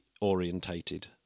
orientated